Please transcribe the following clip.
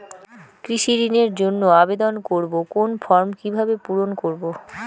কৃষি ঋণের জন্য আবেদন করব কোন ফর্ম কিভাবে পূরণ করব?